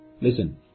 Listen